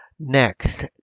Next